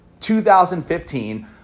2015